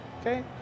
Okay